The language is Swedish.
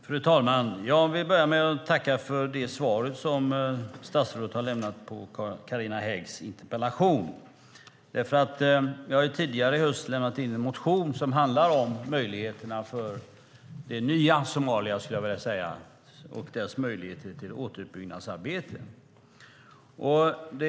Fru talman! Jag tackar för det svar som statsrådet har lämnat på Carina Häggs interpellation. Jag har tidigare i höst lämnat in en motion som handlar om möjligheterna för det nya Somalia - så skulle jag vilja kalla det - och dess möjligheter till återuppbyggnadsarbete.